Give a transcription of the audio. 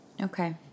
Okay